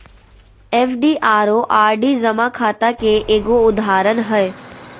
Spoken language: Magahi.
एफ.डी आरो आर.डी जमा खाता के एगो उदाहरण हय